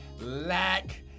lack